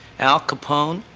al capone,